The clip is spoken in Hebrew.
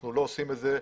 אנחנו לא עושים את זה.